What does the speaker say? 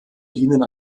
dienen